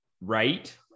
right